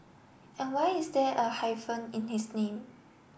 and why is there a hyphen in his name